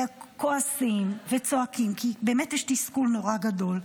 כועסים וצועקים, כי באמת יש תסכול נורא גדול,